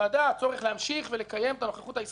ולקיים את הנוכחות הישראלית,